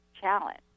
challenge